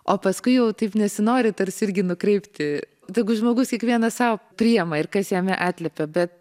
o paskui jau taip nesinori tarsi irgi nukreipti tegu žmogus kiekvienas sau priima ir kas jame atliepia bet